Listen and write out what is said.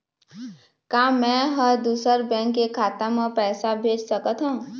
का मैं ह दूसर बैंक के खाता म पैसा भेज सकथों?